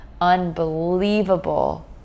unbelievable